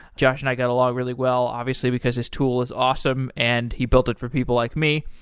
josh and i got along really well, obviously, because this tool is awesome and he built it for people like me.